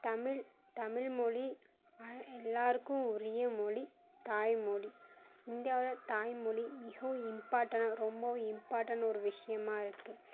தமிழ் தமிழ் மொழி எல்லோருக்கும் உரிய மொழி தாய் மொழி இந்தியாவில் தாய் மொழி மிகவும் இம்பார்ட்டனாக ரொம்பவும் இம்பார்ட்டன் ஒரு விஷயமாக இருக்குது